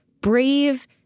brave